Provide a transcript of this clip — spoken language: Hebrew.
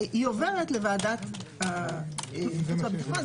והיא עוברת לוועדת החוץ והביטחון.